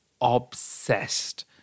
obsessed